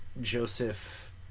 joseph